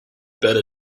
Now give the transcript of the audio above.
better